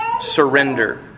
surrender